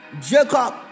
Jacob